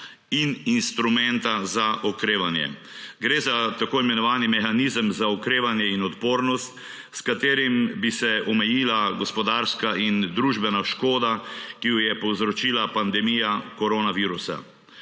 in instrumenta za okrevanje. Gre za tako imenovani mehanizem za okrevanje in odpornost, s katerim bi se omejila gospodarska in družbena škoda, ki jo je povzročila pandemija koronavirusa.